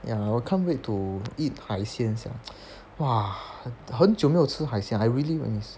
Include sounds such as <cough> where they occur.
ya 我 can't wait to eat 海鲜 sia <noise> !wah! 很很久没有吃海鲜 I really miss